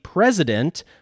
president